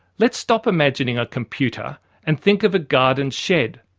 let's stop imagining a computer and think of a garden shed.